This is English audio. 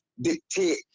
dictate